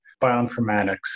bioinformatics